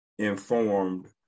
informed